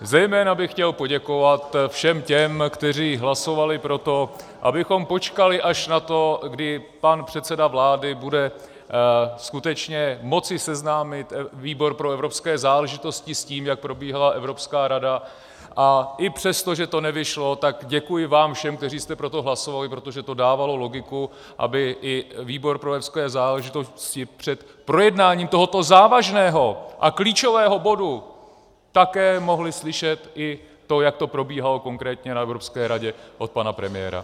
Zejména bych chtěl poděkovat všem těm, kteří hlasovali pro to, abychom počkali až na to, kdy pan předseda vlády bude skutečně moci seznámit výbor pro evropské záležitosti s tím, jak probíhala Evropská rada, a i přesto, že to nevyšlo, tak děkuji vám všem, kteří jste pro to hlasovali, protože to dávalo logiku, aby i výbor pro evropské záležitosti před projednáním tohoto závažného a klíčového bodu také mohl slyšet i to, jak to probíhalo konkrétně na Evropské radě, od pana premiéra.